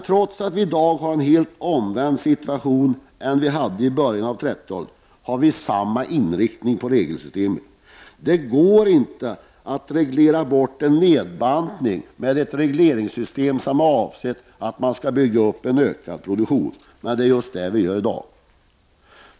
Trots att vi i dag har en helt omvänd situation jämförd med situationen på 1930-talet har vi samma inriktning på regelsystemet. Det går inte att reglera bort en nedbantning med ett regelsystem som är avsett att bygga upp en ökad produktion. Det är vad vi gör i dag.